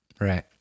right